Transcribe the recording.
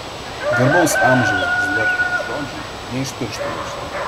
garbaus amžiaus zlatkaus žodžiai ne iš piršto laužti